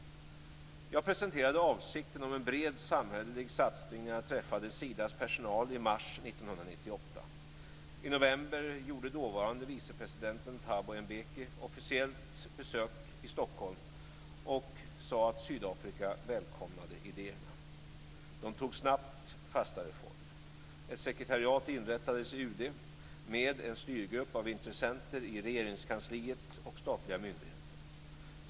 Jag presenterade avsikten om en bred samhällelig satsning när jag träffade Sidas personal i mars 1998. I Mbeki ett officiellt besök i Stockholm och sade att Sydafrika välkomnade idéerna. De tog snabbt fastare form. Ett sekretariat inrättades i UD med en styrgrupp av intressenter i Regeringskansliet och statliga myndigheter.